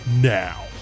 now